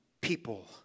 people